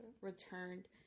returned